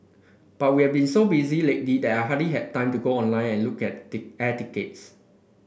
but we have been so busy lately that I hardly had time to go online and look at air tickets